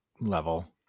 level